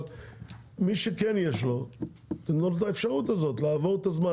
אבל מי שכן יש לו תנו לו את האפשרות הזאת לעבור את הזמן